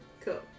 Cool